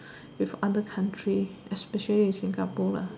with other countries especially with Singapore